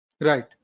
right